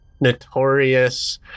notorious